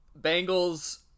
Bengals